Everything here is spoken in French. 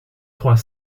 trois